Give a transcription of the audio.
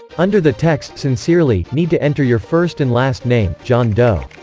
under the text sincerely, need to enter your first and last name john doe